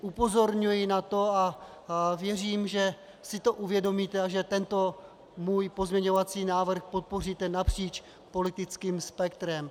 Upozorňuji na to a věřím, že si to uvědomíte a že tento můj pozměňovací návrh podpoříte napříč politickým spektrem.